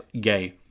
gay